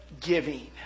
giving